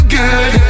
good